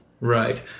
Right